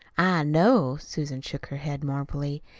i know. susan shook her head mournfully.